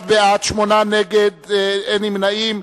49 בעד, תשעה נגד, אין נמנעים.